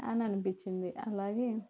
అని అనిపించింది అలాగే